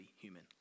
human